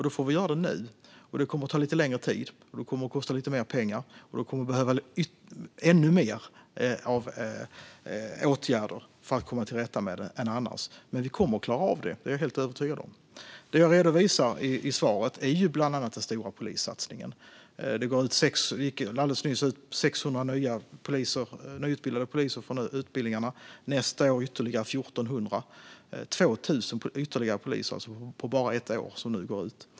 Då får vi göra det nu. Det kommer att ta lite längre tid, det kommer att kosta lite mer pengar och det kommer att behövas ännu mer av åtgärder för att komma till rätta med det - men vi kommer att klara av det. Det är jag helt övertygad om. Det jag redovisar i svaret är bland annat den stora polissatsningen. Det gick alldeles nyss ut 600 nyutbildade poliser från utbildningarna, nästa år ytterligare 1 400. Det är alltså 2 000 ytterligare poliser på bara ett år.